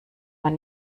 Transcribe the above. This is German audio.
man